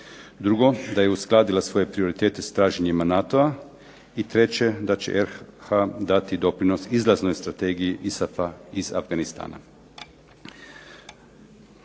Drugo, da je uskladila svoje prioritete sa traženjima NATO-a. I treće, da će RH dati doprinos izlaznoj strategiji ISAF-a iz Afganistana.